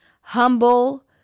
humble